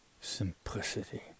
simplicity